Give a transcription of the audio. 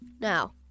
Now